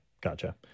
gotcha